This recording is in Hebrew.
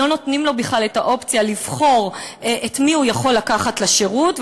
לא נותנים לו בכלל את האופציה לבחור את מי הוא יכול לקחת לשירות.